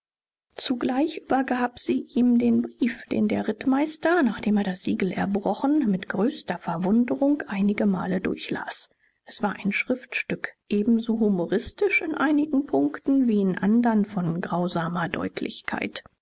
zugleich übergab sie ihm den brief den der rittmeister nachdem er das siegel erbrochen mit größter verwunderung einige male durchlas es war ein schriftstück ebenso humoristisch in einigen punkten wie in andern von grausamer deutlichkeit